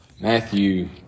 Matthew